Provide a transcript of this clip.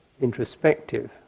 introspective